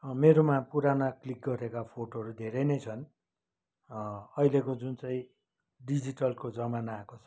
मेरोमा पुराना क्लिक गरेका फोटोहरू धेरै नै छन् अहिलेको जुन चाहिँ डिजिटलको जमाना आएको छ